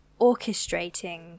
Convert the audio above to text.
orchestrating